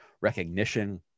recognition